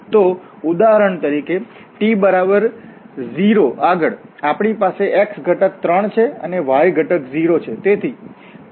તો ઉદાહરણ તરીકે t બરાબર 0 આગળ આપણી પાસે x ઘટક 3 છે અને y ઘટક 0 છે